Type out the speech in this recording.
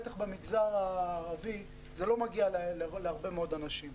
בטח במגזר הערבי זה לא מגיע להרבה מאוד אנשים,